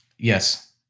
Yes